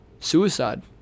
Suicide